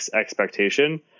expectation